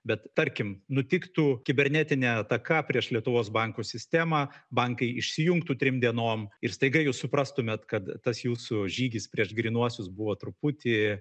bet tarkim nutiktų kibernetinė ataka prieš lietuvos bankų sistemą bankai išsijungtų trim dienom ir staiga jūs suprastumėt kad tas jūsų žygis prieš grynuosius buvo truputį